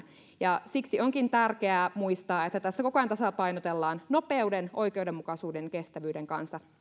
siksi onkin tärkeää muistaa että tässä koko ajan tasapainotellaan nopeuden oikeudenmukaisuuden ja kestävyyden kanssa ei